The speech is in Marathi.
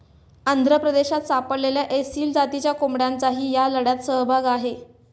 आंध्र प्रदेशात सापडलेल्या एसील जातीच्या कोंबड्यांचाही या लढ्यात सहभाग आहे